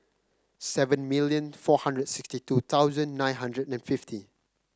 seven million four hundred sixty two thousand nine hundred and fifty